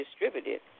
distributed